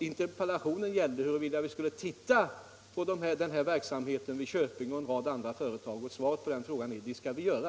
Interpellationen gällde som sagt huruvida vi skulle studera den här verksamheten i Köping och vid en rad andra företag, och svaret på den frågan är: Det skall vi göra.